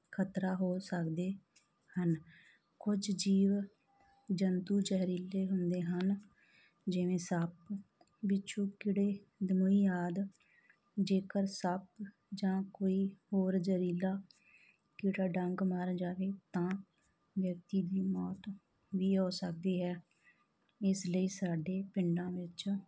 ਖਤਰਾ ਹੋ ਸਕਦੇ ਹਨ ਕੁਝ ਜੀਵ ਜੰਤੂ ਜ਼ਹਿਰੀਲੇ ਹੁੰਦੇ ਹਨ ਜਿਵੇਂ ਸੱਪ ਬਿੱਛੂ ਕੀੜੇ ਦਮੂਈ ਆਦਿ ਜੇਕਰ ਸੱਪ ਜਾਂ ਕੋਈ ਹੋਰ ਜ਼ਹਿਰੀਲਾ ਕੀੜਾ ਡੰਗ ਮਾਰ ਜਾਵੇ ਤਾਂ ਵਿਅਕਤੀ ਦੀ ਮੌਤ ਵੀ ਹੋ ਸਕਦੀ ਹੈ ਇਸ ਲਈ ਸਾਡੇ ਪਿੰਡਾਂ ਵਿੱਚ